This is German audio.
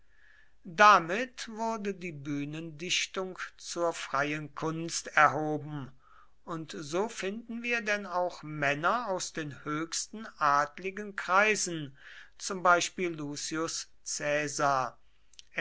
damit wurde die bühnendichtung zur freien kunst erhoben und so finden wir denn auch männer aus den höchsten adligen kreisen zum beispiel